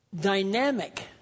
dynamic